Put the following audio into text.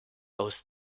aus